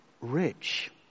rich